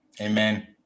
Amen